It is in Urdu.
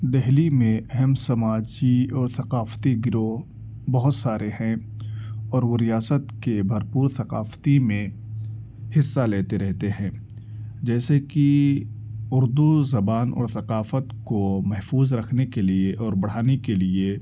دلی میں اہم سماجی اور ثقافتی گروہ بہت سارے ہیں اور وہ ریاست کے بھرپور ثقافتی میں حصہ لیتے رہتے ہیں جیسے کہ اردو زبان اور ثقافت کو محفوظ رکھنے کے لیے اور بڑھانے کے لیے